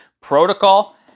Protocol